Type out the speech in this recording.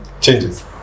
changes